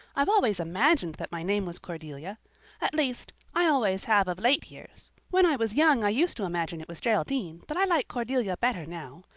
i've always imagined that my name was cordelia at least, i always have of late years. when i was young i used to imagine it was geraldine, but i like cordelia better now.